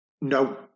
No